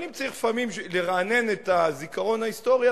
אבל אם צריך לפעמים לרענן את הזיכרון ההיסטורי,